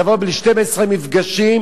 מדובר ב-12 מפגשים,